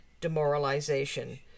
demoralization